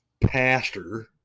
pastor